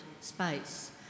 space